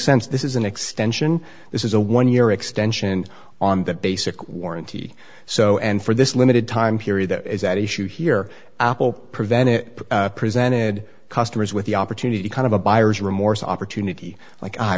sense this is an extension this is a one year extension on that basic warranty so and for this limited time period that is at issue here apple prevented presented customers with the opportunity kind of a buyer's remorse opportunity like i